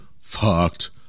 fucked